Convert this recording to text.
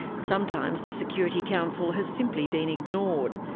sometimes the security council has simply been ignored.